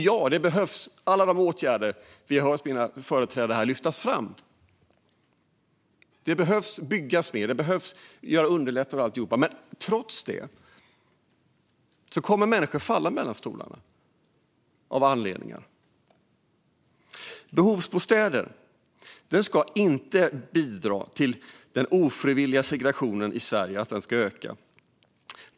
Ja, alla de åtgärder som vi har hört mina företrädare här lyfta fram behövs. Det behöver byggas mer, och det behöver underlättas och så vidare. Men trots detta kommer människor att falla mellan stolarna av olika anledningar. Behovsbostäder ska inte bidra till att den ofrivilliga segregationen i Sverige ökar.